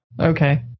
Okay